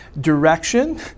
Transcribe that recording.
direction